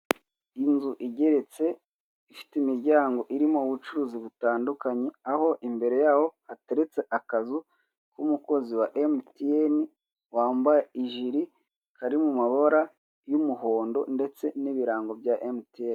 Inzu igeretseifite imiryango irimo ubucuruzi butandukanye, aho imbere yaho hateretse akazu k'umukozi wa emutiyeni wambaye ijiri; kari mu mabara y'umuhondo, ndetse n'ibirango bya emutiyeni.